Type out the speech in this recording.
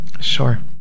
Sure